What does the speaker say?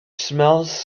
smells